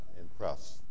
impressed